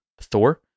Thor